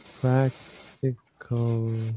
Practical